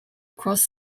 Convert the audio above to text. cross